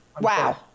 Wow